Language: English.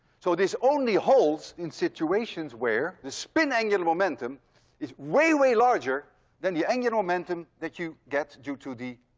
so this only holds in situations where the spin angular momentum is way, way larger than the angular momentum that you get due to the